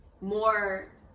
more